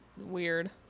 weird